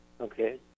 Okay